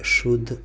શુદ્ધ